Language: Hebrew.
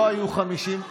לא היו 53,